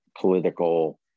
political